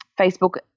Facebook